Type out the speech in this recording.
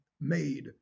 made